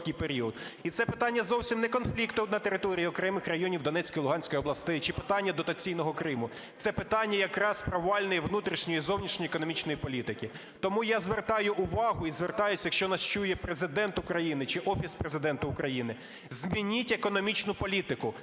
І це питання зовсім не конфлікту на території окремих районів Донецької, Луганської областей чи питання дотаційного Криму. Це питання якраз провальної внутрішньої і зовнішньої економічної політики. Тому я звертаю увагу і звертаюсь, якщо нас чує Президент України чи Офіс Президента, змініть економічну політику.